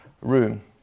room